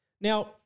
Now